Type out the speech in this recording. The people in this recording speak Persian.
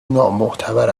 نامعتبر